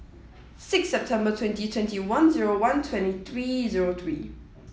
six September twenty twenty one zero one twenty three zero three